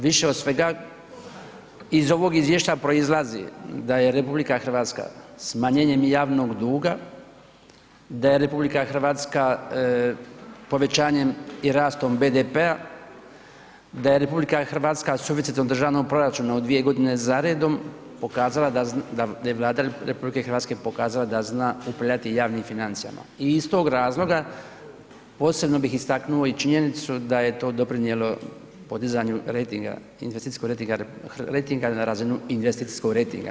Više od svega iz ovog izvješća proizlazi da je RH smanjenjem javnog duga, da je RH povećanjem i rastom BDP-a, da je RH suficitom državnog proračuna u 2 g. za redom pokazala da je Vlada RH pokazala da zna upravljati javnim financijama i iz tog razloga posebno bih istaknuo činjenicu da je to doprinijelo podizanju rejtinga, investicijskog rejtinga na razinu investicijskog rejtinga.